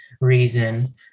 reason